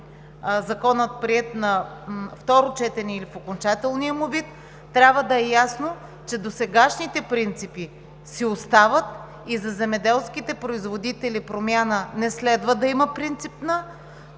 Законът на второ четене или в окончателния му вид, трябва да е ясно, че досегашните принципи си остават и за земеделските производители не следва да има принципна